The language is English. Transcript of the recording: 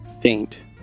faint